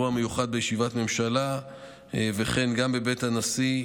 אירוע מיוחד בישיבת ממשלה וכן בבית הנשיא,